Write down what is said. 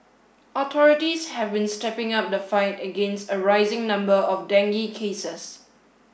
authorities have been stepping up the fight against a rising number of dengue cases